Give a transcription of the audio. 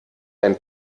einen